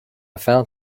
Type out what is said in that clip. found